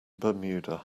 bermuda